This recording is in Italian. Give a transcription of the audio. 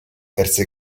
perse